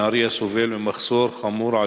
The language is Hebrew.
נהרייה" סובל ממחסור חמור,